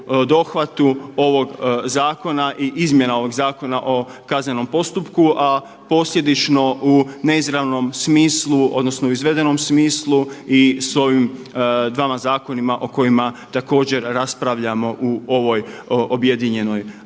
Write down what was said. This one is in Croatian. dohvatu ovog zakona i izmjena ovog Zakona o kaznenom postupku, a posljedično u neizravnom smislu odnosno u izvedenom smislu i s ovim dvama zakonima o kojima također raspravljamo u ovoj objedinjenoj